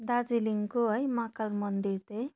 दार्जिलिङको है महाकाल मन्दिर त